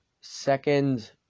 second